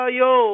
yo